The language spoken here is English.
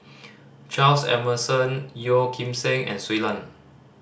Charles Emmerson Yeo Kim Seng and Shui Lan